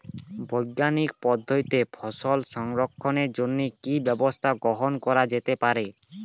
বৈজ্ঞানিক পদ্ধতিতে ফসল সংরক্ষণের জন্য কি ব্যবস্থা গ্রহণ করা যেতে পারে?